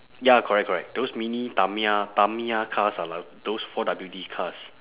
ya correct correct those mini tamiya tamiya cars are like those four W_D cars